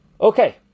okay